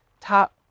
top